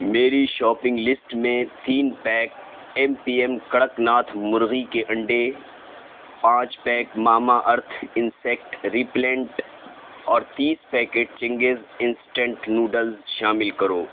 میری shopping list میں تین pack M P M Kadaknath مرغی کے انڈے پانچ pack Mamaearth insect repellent اور تیس پیکٹ چنگز انسٹنٹ نوڈلس شامل کرو